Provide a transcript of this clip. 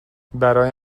برای